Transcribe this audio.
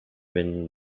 been